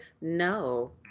no